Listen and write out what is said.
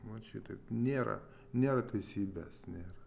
vat šitaip nėra nėra teisybės nėra